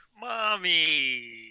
Mommy